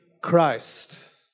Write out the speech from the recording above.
Christ